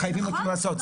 מבחינתנו,